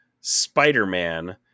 Spider-Man